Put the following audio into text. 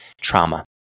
trauma